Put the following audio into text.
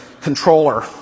controller